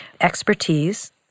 expertise